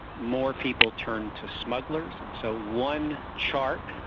more people turned to smugglers. and so one chart,